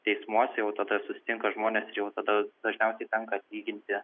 teismuose jau tada susitinka žmonės jau tada dažniausiai tenka atlyginti